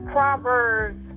Proverbs